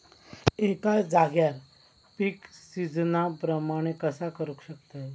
एका जाग्यार पीक सिजना प्रमाणे कसा करुक शकतय?